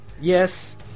yes